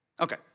Okay